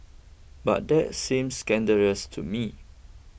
but that seems scandalous to me